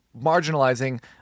marginalizing